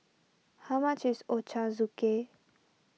how much is Ochazuke